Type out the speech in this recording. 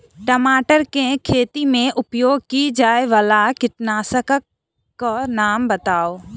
टमाटर केँ खेती मे उपयोग की जायवला कीटनासक कऽ नाम बताऊ?